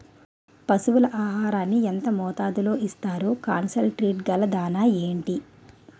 పశువుల ఆహారాన్ని యెంత మోతాదులో ఇస్తారు? కాన్సన్ ట్రీట్ గల దాణ ఏంటి?